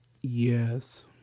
yes